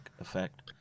effect